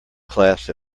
class